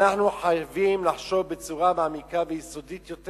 אנחנו חייבים לחשוב בצורה מעמיקה ויסודית יותר.